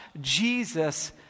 Jesus